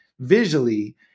visually